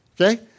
Okay